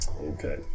Okay